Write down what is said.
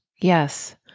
Yes